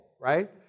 right